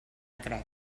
crec